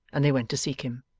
and they went to seek him.